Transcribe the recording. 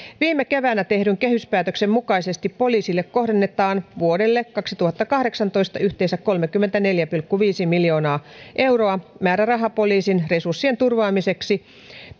viime keväänä tehdyn kehyspäätöksen mukaisesti poliisille kohdennetaan vuodelle kaksituhattakahdeksantoista yhteensä kolmekymmentäneljä pilkku viisi miljoonaa euroa määrärahaa poliisin resurssien turvaamiseksi